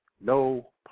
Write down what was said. No